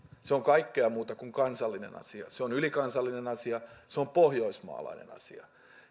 se on kaikkea muuta kuin kansallinen asia se on ylikansallinen asia se on pohjoismaalainen asia